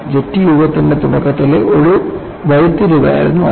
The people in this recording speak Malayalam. ജെറ്റ് യുഗത്തിന്റെ തുടക്കത്തിലെ ഒരു വഴിത്തിരിവായിരുന്നു ഇത്